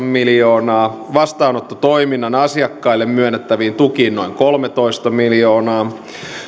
miljoonaa vastaanottotoiminnan asiakkaille myönnettäviin tukiin noin kolmetoista miljoonaa